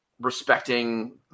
respecting